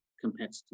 competitive